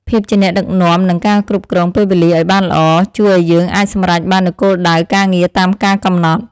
ភាពជាអ្នកដឹកនាំនិងការគ្រប់គ្រងពេលវេលាឱ្យបានល្អ ជួយឱ្យយើងអាចសម្រេចបាននូវគោលដៅការងារតាមការកំណត់។